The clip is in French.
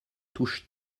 touchent